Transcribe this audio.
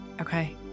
Okay